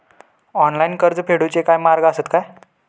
Online कर्ज फेडूचे काय मार्ग आसत काय?